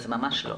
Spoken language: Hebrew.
אז ממש לא.